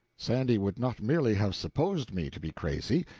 sandy would not merely have supposed me to be crazy,